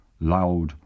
loud